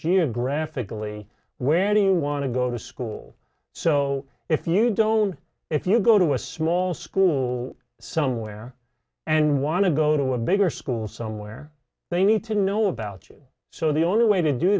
geographically where you want to go to school so if you don't if you go to a small school somewhere and want to go to a bigger school somewhere they need to know about you so the only way to do